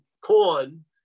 corn